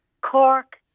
Cork